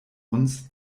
uns